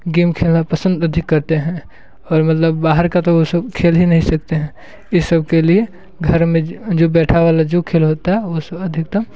game खेलना पसंद अधिक करते हैं और मतलब बाहर का तो वो सब खेल ही नहीं सकते हैं इस सब के लिए घर में जो बैठा वाला जो खेल होता है वो सब अधिकत्तम